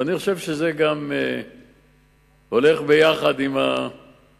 ואני חושב שזה גם הולך יחד עם הדברים,